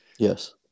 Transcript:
Yes